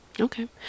Okay